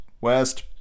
West